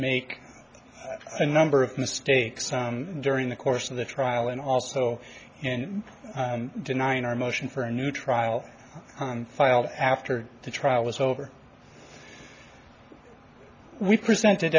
make a number of mistakes during the course of the trial and also in denying our motion for a new trial file after the trial was over we presented